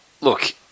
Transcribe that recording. Look